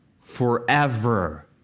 forever